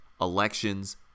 elections